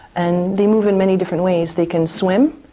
and they move in many different ways, they can swim,